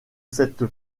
cette